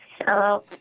hello